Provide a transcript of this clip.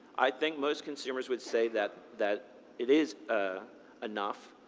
i think most consumers would say that that it is ah enough,